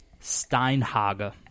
Steinhage